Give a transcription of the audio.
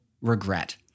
regret